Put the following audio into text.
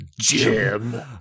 Jim